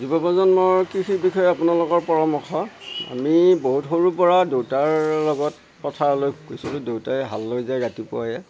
যুৱ প্ৰজন্মৰ কৃষি বিষয়ে আপোনালোকৰ পৰামৰ্শ আমি বহুত সৰুৰ পৰা দেউতাৰ লগত পথাৰলৈ গৈছিলোঁ দেউতাই হাল লৈ যায় ৰাতিপুৱাই